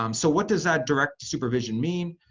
um so what does that direct supervision mean?